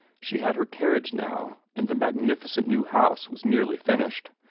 she had her carriage now, and the magnificent new house was nearly finished,